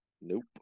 Nope